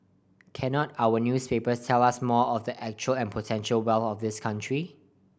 cannot our newspapers tell us more of the actual and potential wealth of this country